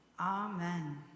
amen